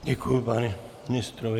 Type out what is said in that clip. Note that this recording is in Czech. Děkuji panu ministrovi.